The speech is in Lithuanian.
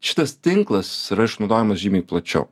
šitas tinklas yra išnaudojamas žymiai plačiau